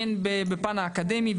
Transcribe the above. הן בפן האקדמי,